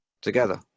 together